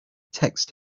text